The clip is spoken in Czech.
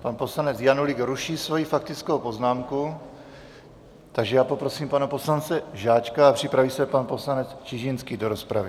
Pan poslanec Janulík ruší svoji faktickou poznámku, takže poprosím pana poslance Žáčka a připraví se pan poslanec Čižinský do rozpravy.